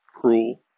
cruel